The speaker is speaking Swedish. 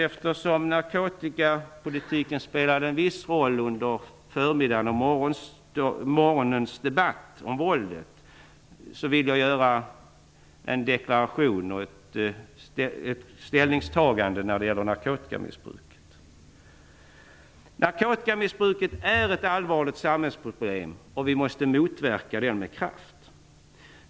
Eftersom narkotikapolitiken spelade en viss roll under morgonens och förmiddagens debatt om våldet vill jag göra en deklaration och ett ställningstagande när det gäller narkotikamissbruket. Narkotikamissbruket är ett allvarligt samhällsproblem, och vi måste motverka det med kraft.